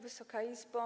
Wysoka Izbo!